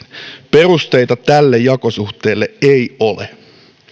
perusteita tälle jakosuhteelle ei ole